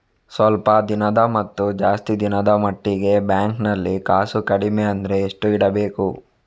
ಸ್ವಲ್ಪ ದಿನದ ಮತ್ತು ಜಾಸ್ತಿ ದಿನದ ಮಟ್ಟಿಗೆ ಬ್ಯಾಂಕ್ ನಲ್ಲಿ ಕಾಸು ಕಡಿಮೆ ಅಂದ್ರೆ ಎಷ್ಟು ಇಡಬೇಕು?